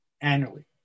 annually